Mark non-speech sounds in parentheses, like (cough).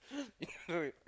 (laughs) you